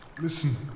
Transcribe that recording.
listen